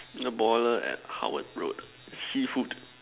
it's a baller at Howard road seafood